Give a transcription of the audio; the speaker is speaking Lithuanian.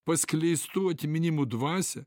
paskleistų atminimų dvasią